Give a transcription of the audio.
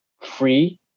free